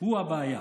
הוא הבעיה.